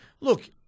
Look